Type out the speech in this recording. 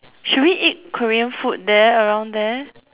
should we eat korean food there around there